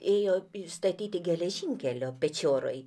ėjo statyti geležinkelio pečioroj